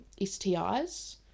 STIs